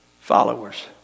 followers